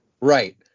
Right